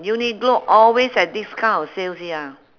uniqlo always have this kind of sales ya